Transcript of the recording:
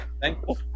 thankful